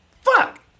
Fuck